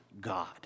God